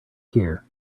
here